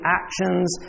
actions